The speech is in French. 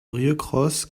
rieucros